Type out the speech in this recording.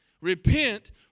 Repent